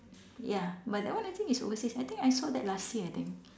ya but that one I think it's overseas I think I saw that last year I think